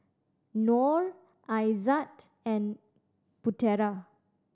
Nor Aizat and Putera